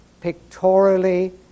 pictorially